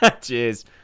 cheers